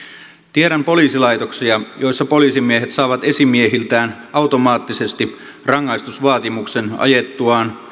tiedän poliisilaitoksia joissa poliisimiehet saavat esimiehiltään automaattisesti rangaistusvaatimuksen ajettuaan